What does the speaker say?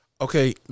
Okay